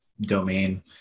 domain